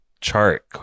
chart